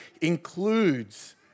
includes